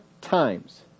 times